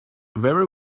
very